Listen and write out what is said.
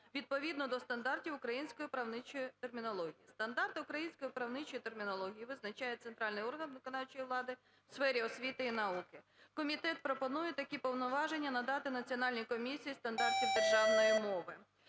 відповідно до стандартів української правничої термінології. Стандарти української правничої термінології визначає центральний орган виконавчої влади у сфері освіти та науки". Комітет пропонує такі повноваження надати Національній комісії стандартів державної мови.